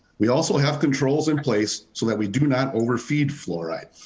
we also have controls in place so that we do not overfeed fluoride.